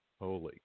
Holy